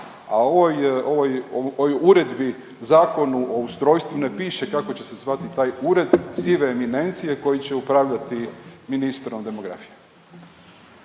A ovoj uredbi zakonu o ustrojstvu ne piše kako će se zvati taj ured sive eminencije koji će upravljati ministrom demografije.